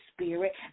spirit